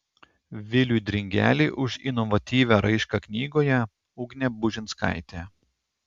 viliui dringeliui už inovatyvią raišką knygoje ugnė bužinskaitė